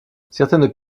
certaines